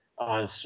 on